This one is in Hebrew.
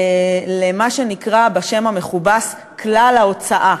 למה שנקרא בשם המכובס "כלל ההוצאה".